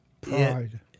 pride